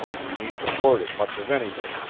he ain't reported much of anything,